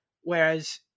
Whereas